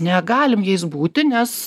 negalim jais būti nes